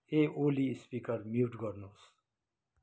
ए Oli speaker mute गर्नुहोस्